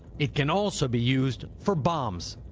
it can also be used for bombs.